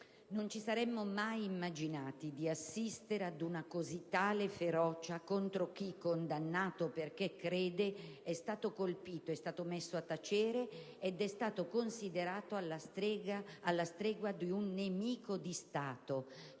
Non ci saremmo mai immaginati di assistere ad una così tale ferocia contro chi, condannato perché crede, è stato colpito, messo a tacere, considerato alla stregua di un nemico di Stato.